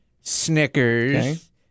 Snickers